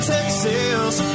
Texas